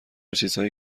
چیزهایی